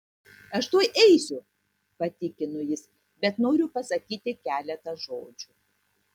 aš tuoj eisiu patikino jis bet noriu pasakyti keletą žodžių